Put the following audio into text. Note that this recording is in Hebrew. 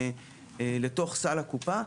לתוך סל הקופה.